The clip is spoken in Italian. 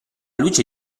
luce